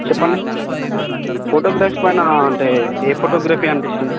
చెప్పండి ఫోటోగ్రఫీ పైన అంటే ఏ ఫోటోగ్రఫీ అంటే ఇష్టం